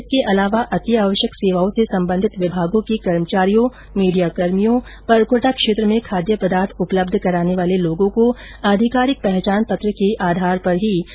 इसके अलावा अत्यावश्यक सेवाओं से संबंधित विभागों के कर्मचारियों मीडियाकर्मियों परकोटा क्षेत्र में खाद्य पदार्थ उपलब्ध कराने वाले लोगों को आधिकारिक पहचान पत्र के आधार पर ही प्रवेश दिया जाएगा